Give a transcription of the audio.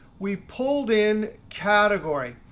we pulled in category.